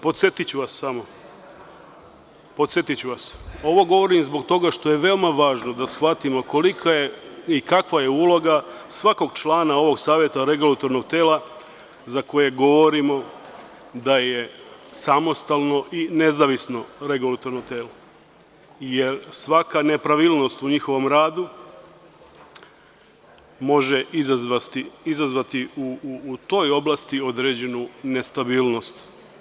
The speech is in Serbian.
Podsetiću vas samo, ovo govorim zbog toga što je veoma važno da shvatimo kolika je i kakva je uloga svakog člana ovog Saveta Regulatornog tela, za koje govorimo da je samostalno i nezavisno regulatorno telo jer svaka nepravilnost u njihovom radu može izazvati u toj oblasti određenu nestabilnost.